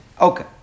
Okay